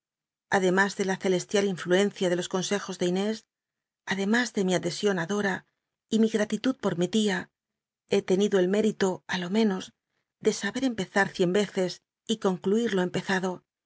ademas de la celeslial influencia de los consejos de inés adea y mi g a titud pot mi mas de mi adhesion adora y mi gratitud por mi tia hé tenido el mérito á lo menos de sahei cmpel ar cien veces y concluir lo empezado